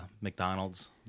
McDonald's